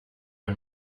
ein